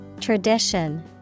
Tradition